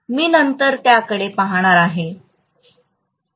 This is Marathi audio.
आम्ही नंतर त्याकडे पाहणार आहोत